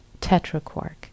tetraquark